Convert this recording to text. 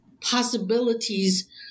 possibilities